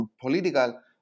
political